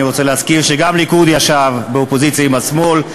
אני רוצה להזכיר שגם הליכוד ישב באופוזיציה עם השמאל.